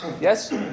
Yes